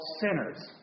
sinners